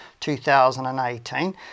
2018